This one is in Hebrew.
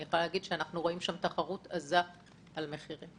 אני יכולה להגיד שאנחנו רואים שם תחרות עזה על מחירים.